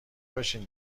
باشین